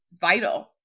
vital